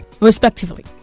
respectively